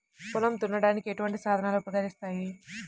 పొలం దున్నడానికి ఎటువంటి సాధనలు ఉపకరిస్తాయి?